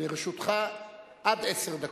לרשותך עד עשר דקות.